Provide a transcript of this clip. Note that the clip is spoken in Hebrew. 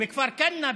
בכפר כנא,